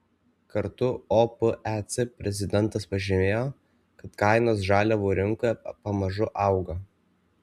kartu opec prezidentas pažymėjo kad kainos žaliavų rinkoje pamažu auga